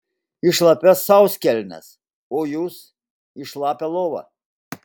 į šlapias sauskelnes o jūs į šlapią lovą